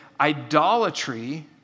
idolatry